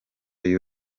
y’u